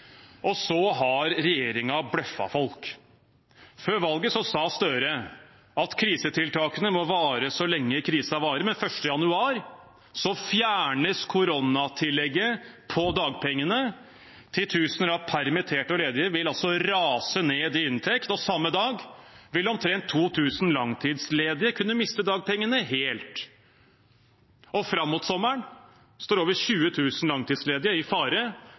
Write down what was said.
Og så har regjeringen bløffet folk. Før valget sa Støre at krisetiltakene må vare så lenge krisen varer, men 1. januar fjernes koronatillegget på dagpengene. Titusener av permitterte og ledige vil altså rase ned i inntekt, og samme dag vil omtrent 2 000 langtidsledige kunne miste dagpengene helt. Fram mot sommeren står over 20 000 langtidsledige i fare.